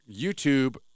YouTube